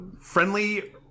Friendly